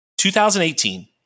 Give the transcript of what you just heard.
2018